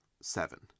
Seven